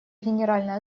генеральная